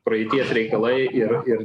praeities reikalai ir ir